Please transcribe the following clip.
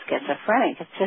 schizophrenic